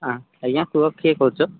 ହଁ ଆଜ୍ଞା କୁହ କିଏ କହୁଛ